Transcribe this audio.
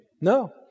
No